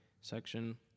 section